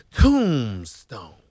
Tombstone